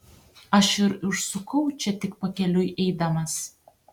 aš ir užsukau čia tik pakeliui eidamas